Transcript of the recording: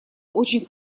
очень